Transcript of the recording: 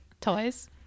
toys